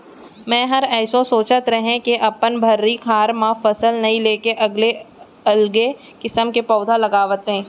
मैंहर एसो सोंचत रहें के अपन भर्री खार म फसल नइ लेके अलगे अलगे किसम के पउधा लगातेंव